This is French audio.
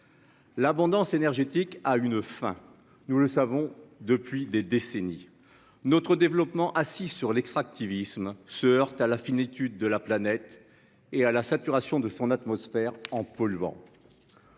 L'abondance énergétique a une enfin nous le savons depuis des décennies, notre développement assis sur l'extractivisme se heurte à la finitude de la planète et à la saturation de son atmosphère en polluant